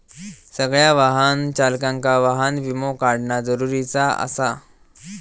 सगळ्या वाहन चालकांका वाहन विमो काढणा जरुरीचा आसा